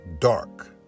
dark